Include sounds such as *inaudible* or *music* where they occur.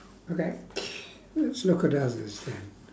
okay *noise* let's look at others then